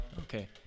Okay